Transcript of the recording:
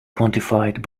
quantified